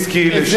הכוונה בכלל.